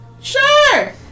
sure